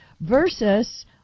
versus